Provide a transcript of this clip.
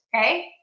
okay